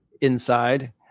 inside